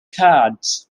cards